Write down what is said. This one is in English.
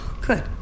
Good